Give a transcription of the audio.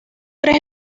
tres